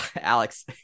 Alex